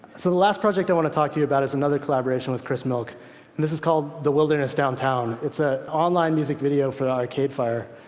so the last project i want to talk to you about is another collaboration with chris milk. and this is called the wilderness downtown. it's an ah online music video for the arcade fire.